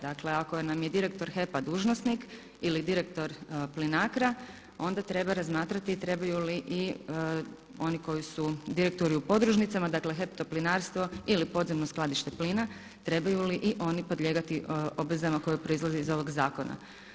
Dakle ako nam je direktor HEP-a dužnosnik ili direktor Plinacro-a onda treba razmatrati trebaju li i oni koji su direktori u podružnicama dakle HEP Toplinarstvo ili podzemno skladište plina trebaju li i oni podlijegati obvezama koje proizlaze iz ovog zakona?